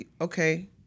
Okay